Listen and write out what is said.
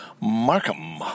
Markham